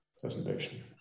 presentation